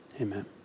Amen